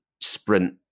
sprint